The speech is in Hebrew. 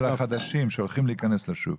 של החדשים שהולכים להיכנס לשוק.